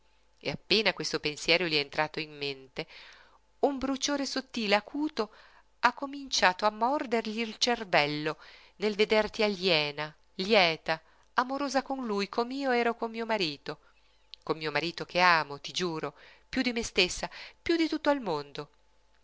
marito e appena questo pensiero gli è entrato in mente un bruciore sottile acuto ha cominciato a mordergli il cervello nel vederti aliena lieta amorosa con lui com'io ero con mio marito con mio marito che amo ti giuro piú di me stessa piú di tutto al mondo